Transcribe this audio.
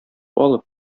алып